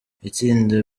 itsinda